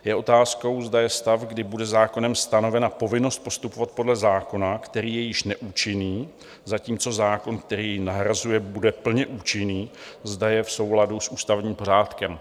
Je otázkou, zda je stav, kdy bude zákonem stanovena povinnost postupovat podle zákona, který je již neúčinný, zatímco zákon, který jej nahrazuje, bude plně účinný, zda je v souladu s ústavním pořádkem.